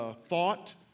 thought